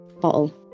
bottle